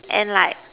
and like